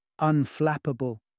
unflappable